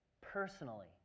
personally